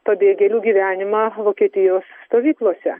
pabėgėlių gyvenimą vokietijos stovyklose